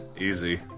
easy